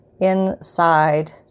inside